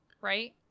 Right